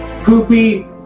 Poopy